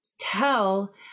tell